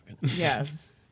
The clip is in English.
Yes